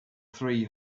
three